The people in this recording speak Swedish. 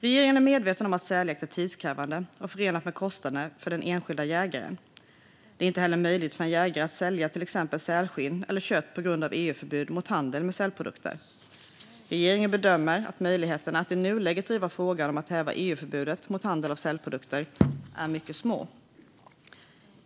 Regeringen är medveten om att säljakt är tidskrävande och förenad med kostnader för den enskilde jägaren. Det är inte heller möjligt för en jägare att sälja till exempel sälskinn eller kött på grund av EU-förbudet mot handel med sälprodukter. Regeringen bedömer att möjligheterna att i nuläget driva frågan om att häva EU-förbudet mot handel av sälprodukter är mycket små.